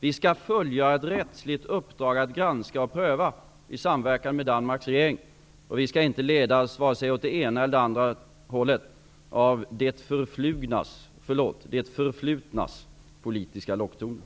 Vi skall fullgöra ett rättsligt uppdrag att granska och pröva i samverkan med Danmarks regering. Vi skall inte ledas åt vare sig det ena eller det andra hållet av det förflugnas -- ursäkta, det förflutnas -- politiska locktoner.